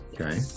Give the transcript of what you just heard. Okay